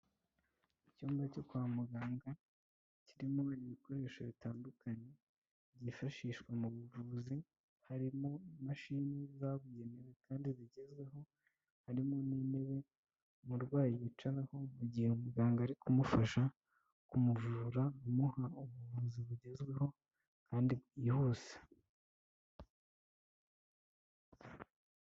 Icyumba cyo kwa muganga kirimo ibikoresho bitandukanye, byifashishwa mu buvuzi, harimo imashini zabugenewe kandi zigezweho, harimo n'intebe umurwayi yicaraho mu gihe umuganga ari kumufasha kumuvura amuha ubuvuzi bugezweho kandi bwihuse.